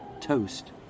toast